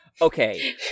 Okay